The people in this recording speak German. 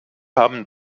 haben